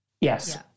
Yes